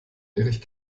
erich